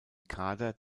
kader